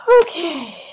Okay